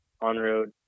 on-road